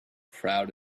proud